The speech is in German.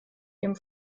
ihrem